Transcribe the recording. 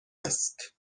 است